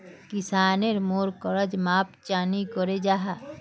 किसानेर पोर कर्ज माप चाँ नी करो जाहा?